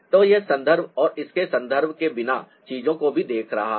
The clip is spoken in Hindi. तो यह संदर्भ और इसके संदर्भ के बिना चीजों को भी देख रहा है